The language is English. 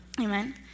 Amen